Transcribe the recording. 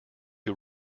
who